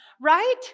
right